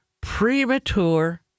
premature